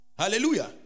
Hallelujah